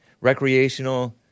Recreational